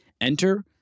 Enter